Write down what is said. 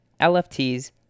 LFTs